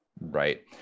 right